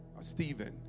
Stephen